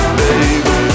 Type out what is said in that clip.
baby